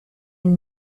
une